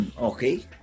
Okay